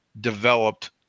developed